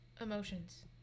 emotions